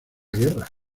guerra